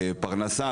פרנסה,